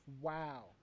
Wow